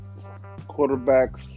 quarterbacks